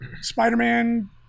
spider-man